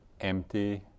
empty